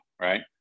right